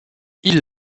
ils